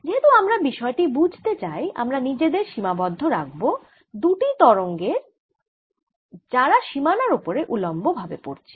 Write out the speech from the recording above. যেহেতু আমরা বিষয় টি বুঝতে চাই আমরা নিজেদের সীমাবদ্ধ রাখব দুটি তরঙ্গে যারা সীমানার ওপরে উল্লম্ব ভাবে পড়ছে